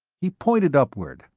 he pointed upward,